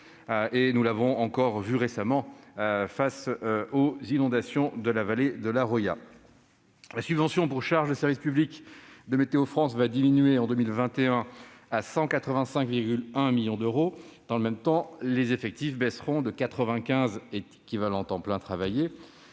nous l'avons encore vu récemment avec les inondations de la vallée de la Roya. Sa subvention pour charges de service public va diminuer, en 2021, à 185,1 millions d'euros. Dans le même temps, ses effectifs baisseront de 95 équivalents temps plein travaillé